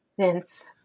vince